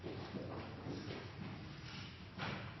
en